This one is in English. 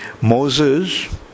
Moses